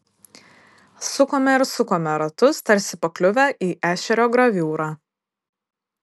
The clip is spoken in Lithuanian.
sukome ir sukome ratus tarsi pakliuvę į ešerio graviūrą